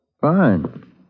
Fine